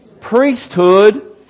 priesthood